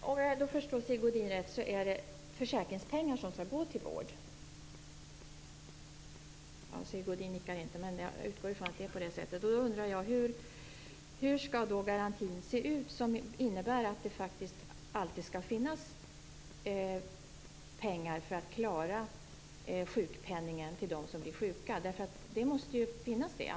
Herr talman! Om jag förstår Sigge Godin rätt är det försäkringspengar som skall gå till vård. Sigge Godin nickar inte, men jag utgår från att det är på det sättet. Då undrar jag: Hur skall garantin se ut som innebär att det faktiskt alltid skall finnas pengar för att klara sjukpenningen till dem som blir sjuka? Det måste ju finnas en garanti.